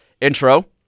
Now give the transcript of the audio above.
intro